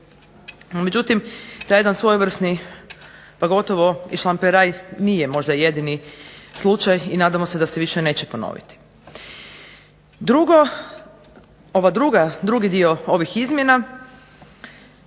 međutim, taj jedan svojevrsni šlamperaj nije možda jedini slučaj i nadamo se da se više neće ponoviti. Drugi dio ovih izmjena